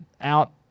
out